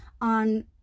on